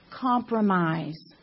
compromise